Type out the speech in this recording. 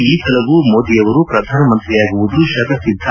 ಈ ಸಲವೂ ಮೋದಿಯವರು ಪ್ರಧಾನಮಂತ್ರಿಯಾಗುವುದು ಶತಸಿದ್ದ